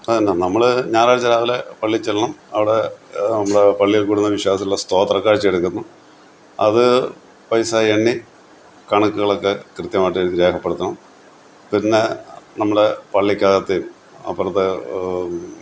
അ നമ്മള് ഞായറാഴ്ച രാവിലെ പള്ളിയില് ചെല്ലണം അവിടെ നമ്മുടെ പള്ളിയിൽ കൂടുന്ന വിശ്വാസികളുടെ സ്തോത്രക്കാഴ്ചയെടുക്കുന്നു അത് പൈസയെണ്ണി കണക്കുകളൊക്കെ കൃത്യമായിട്ടെഴുതി രേഖപ്പെടുത്തണം പിന്നെ നമ്മള് പള്ളിക്കകത്ത് അപ്പുറത്തെ